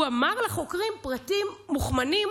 הוא אמר לחוקרים פרטים מוכמנים